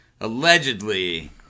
allegedly